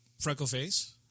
Freckleface